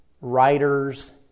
writers